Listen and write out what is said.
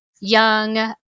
young